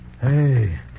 Hey